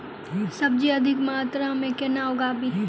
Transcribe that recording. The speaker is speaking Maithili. सब्जी अधिक मात्रा मे केना उगाबी?